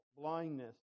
Blindness